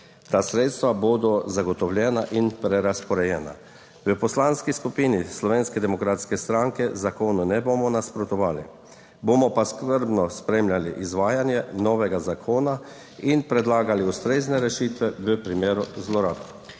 Ta sredstva bodo zagotovljena in prerazporejena. V Poslanski skupini Slovenske demokratske stranke zakonu ne bomo nasprotovali, bomo pa skrbno spremljali izvajanje novega zakona in predlagali ustrezne rešitve v primeru zlorab.